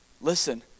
Listen